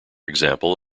example